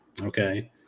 okay